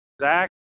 Zach